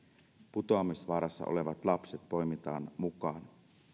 putoamisvaarassa olevat lapset poimitaan mukaan